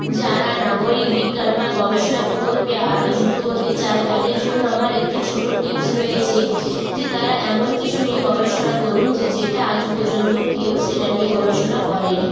যারা নাগরিক বিজ্ঞান বা গবেষণা প্রকল্পে আরো যুক্ত হতে চায় তাদের জন্য আমার একটি ছোটো টিপস রয়েছে যে তারা এমন কিছু নিয়ে গবেষণা করুক যে যেটা আজ পর্যন্ত কেউ সেটা নিয়ে গবেষণা করেনি